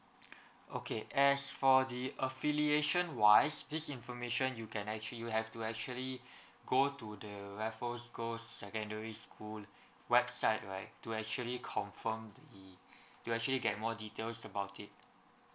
okay as for the affiliation wise this information you can actually you have to actually go to the raffles girls secondary school website right to actually confirm the to actually get more details about it